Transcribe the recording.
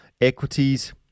Equities